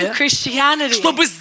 Christianity